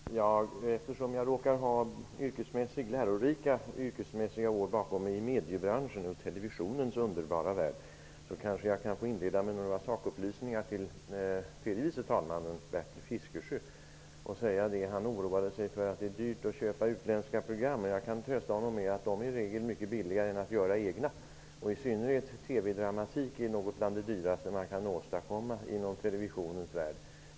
Herr talman! Eftersom jag råkar ha lärorika yrkesmässiga år bakom mig i mediebranschens och televisionens underbara värld, kanske jag kan få inleda med några sakupplysningar till tredje vice talman Bertil Fiskesjö. Han oroade sig för att det är dyrt att köpa utländska program, men jag kan trösta honom med att de i regel är mycket billigare än att göra egna. I synnerhet TV-dramatik -- TV-teater -- är något av det dyraste man kan åstadkomma inom televisionens värld.